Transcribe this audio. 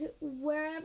wherever